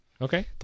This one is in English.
Okay